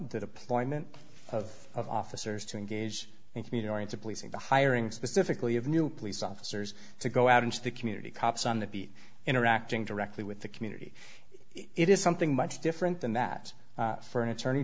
the deployment of of officers to engage in communities of policing the hiring specifically of new police officers to go out into the community cops on the beat interacting directly with the community it is something much different than that for an attorney